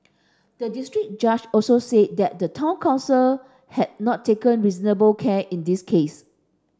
the district judge also said that the town council had not taken reasonable care in this case